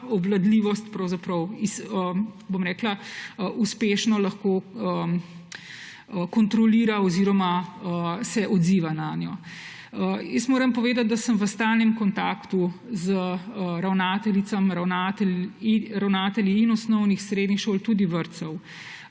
rekla, uspešno lahko kontrolira oziroma se odziva nanjo. Moram povedati, da sem v stalnem kontaktu z ravnateljicami in ravnatelji osnovnih, srednjih šol, tudi vrtcev.